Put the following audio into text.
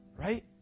right